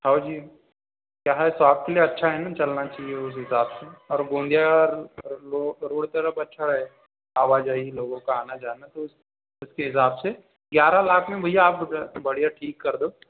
हाँ जी क्या है स्वास्थ्य के लिए अच्छा है चलना चलना चाहिए उस हिसाब से और गोंजिया रोड की तरफ अच्छा है आना जानी लोगों का आना जाना तो उसके हिसाब से ग्यारह लाख में भैया आप बढ़िया ठीक कर दो